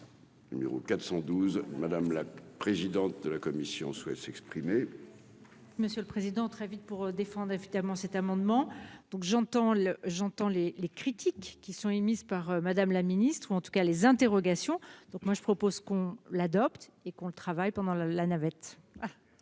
numéro 412 madame la présidente de la commission souhaite s'exprimer. Monsieur le président, très vite pour défendre finalement cet amendement donc j'entends le j'entends les les critiques qui sont émises par Madame la ministre, ou en tout cas les interrogations, donc moi je propose qu'on l'adopte et qu'on le travail pendant la la navette.